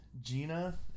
Gina